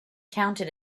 counted